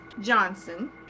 Johnson